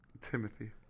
Timothy